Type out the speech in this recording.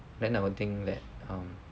then I would think that um